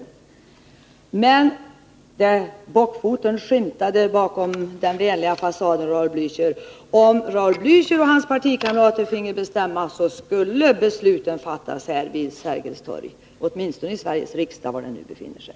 När det gäller styrningen skymtade man bockfoten hos Raul Blächer bakom den fasad av vänlighet som han visade upp. Om Raul Blächer och hans partikamrater finge bestämma, så skulle besluten fattas här i riksdagen vid Sergels torg eller var den nu befinner sig.